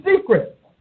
secret